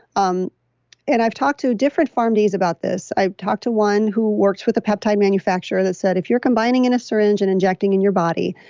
um and i've talked to different pharmacies about this. i've talked to one who works with a peptide manufacturer that said if you're combining in a syringe and injecting in your body,